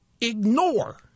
ignore